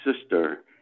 sister